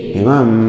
imam